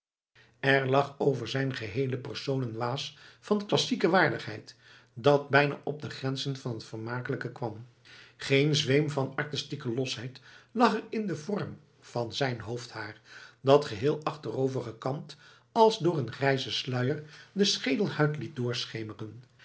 er lag over zijn geheele persoon een waas van klassieke waardigheid dat bijna op de grenzen van het vermakelijke kwam geen zweem van artistieke losheid lag er in den vorm van zijn hoofdhaar dat geheel achterover gekamd als door een grijzen sluier de schedelhuid liet doorschemeren